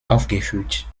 aufgeführt